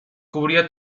cubría